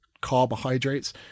carbohydrates